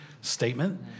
statement